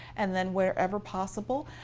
and then, wherever possible,